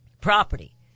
Property